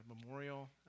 memorial